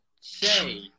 say